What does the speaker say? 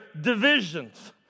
divisions